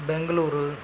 Bangalore